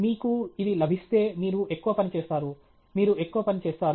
మీకు ఇవి లభిస్తే మీరు ఎక్కువ పని చేస్తారు మీరు ఎక్కువ పని చేస్తారు